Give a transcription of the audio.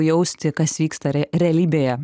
jausti kas vyksta realybėje